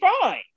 fine